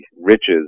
riches